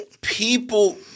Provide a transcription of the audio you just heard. People